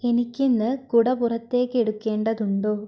എനിക്ക് ഇന്ന് കുട പുറത്തേക്കെടുക്കേണ്ടതുണ്ടോ